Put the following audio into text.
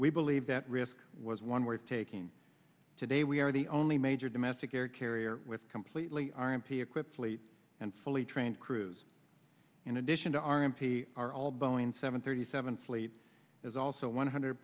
we believe that risk was one worth taking today we are the only major domestic air carrier with completely our m p equipped fleet and fully trained crews in addition to our m p our all boeing seven thirty seven fleet is also one hundred